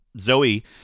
Zoe